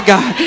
God